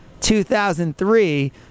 2003